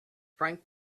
frank